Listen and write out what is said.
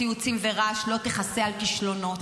ציוצים ורעש לא תכסה על כישלונות.